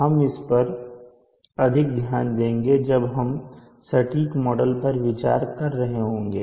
हम इस पर अधिक ध्यान देंगे जब हम सटीक मॉडल पर विचार कर रहे होंगे